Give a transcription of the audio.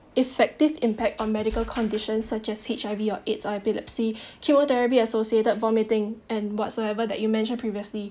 effective impact on medical conditions such as H_I_V or aids or epilepsy chemotherapy associated vomiting and whatsoever that you mentioned previously